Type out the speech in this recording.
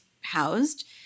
housed